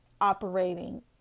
operating